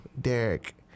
Derek